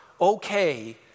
okay